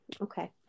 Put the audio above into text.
okay